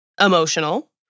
emotional